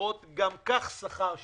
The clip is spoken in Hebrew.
משתכרות גם כך שכר מינימום,